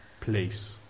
place